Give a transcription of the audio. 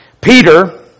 Peter